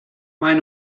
maen